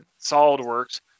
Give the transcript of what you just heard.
solidworks